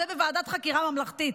זה בוועדת חקירה ממלכתית.